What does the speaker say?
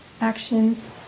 actions